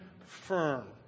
firm